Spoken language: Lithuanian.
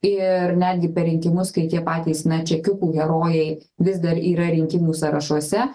ir netgi per rinkimus kai tie patys na čekiukų herojai vis dar yra rinkimų sąrašuose